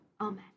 Amen